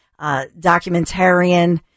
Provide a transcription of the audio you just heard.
documentarian